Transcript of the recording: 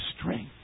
strength